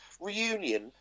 reunion